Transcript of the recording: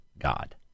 God